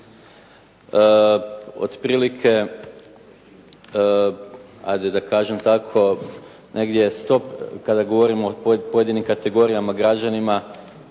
Otprilike ajde da kažem tako negdje, kada govorimo o pojedinim kategorijama građana